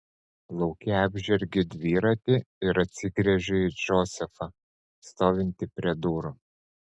lauke apžergiu dviratį ir atsigręžiu į džozefą stovintį prie durų